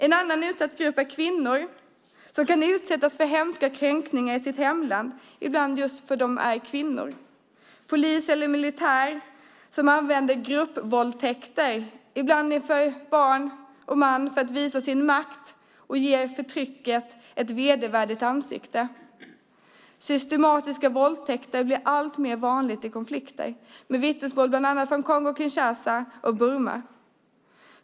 En annan utsatt grupp är kvinnor som kan utsättas för hemska kränkningar i sitt hemland, ibland just för att de är kvinnor. Polis eller militär som använder gruppvåldtäkter, ibland inför barn och man, för att visa sin makt ger förtrycket ett vedervärdigt ansikte. Systematiska våldtäkter blir alltmer vanliga i konflikter, med vittnesmål bland annat från Kongo Kinshasa och Burma.